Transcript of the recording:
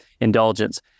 indulgence